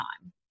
time